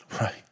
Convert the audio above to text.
Right